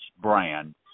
brand